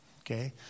Okay